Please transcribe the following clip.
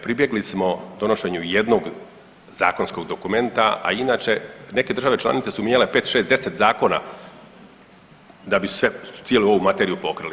Pribjegli smo donošenju jednog zakonskog dokumenta, a inače neke države članice su mijenjale 5, 6, 10 zakona da bi se, cijelu ovu materiju pokrili.